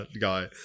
guy